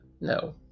no